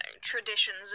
traditions